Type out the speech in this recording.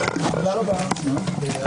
ננעלה בשעה 14:05.